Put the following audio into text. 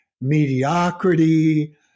mediocrity